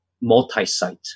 multi-site